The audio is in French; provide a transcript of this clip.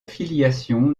filiation